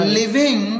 living